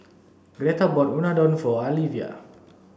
Greta bought Unadon for Alyvia